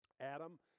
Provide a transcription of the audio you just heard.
Adam